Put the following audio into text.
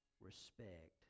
respect